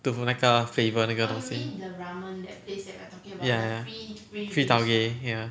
to put 那个 flavour 那个东西 ya ya free taugeh ya